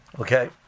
Okay